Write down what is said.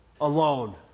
alone